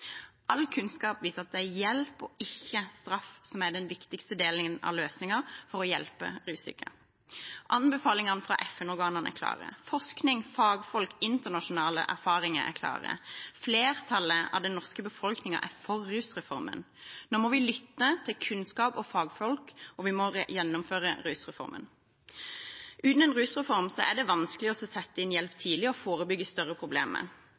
All kunnskap viser at det er hjelp og ikke straff som er den viktigste delen av løsningen for å hjelpe russyke. Anbefalingene fra FN-organene er klare. Forskning, fagfolk, internasjonale erfaringer er klare. Flertallet av den norske befolkningen er for rusreformen. Nå må vi lytte til kunnskap og fagfolk, og vi må gjennomføre rusreformen. Uten en rusreform er det vanskelig å sette inn hjelp tidlig og forebygge større problemer.